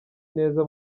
neza